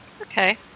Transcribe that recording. Okay